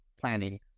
planning